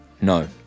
No